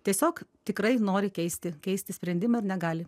tiesiog tikrai nori keisti keisti sprendimą ir negali